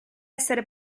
essere